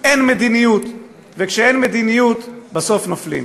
אין מדיניות, וכשאין מדיניות, בסוף נופלים.